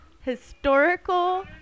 historical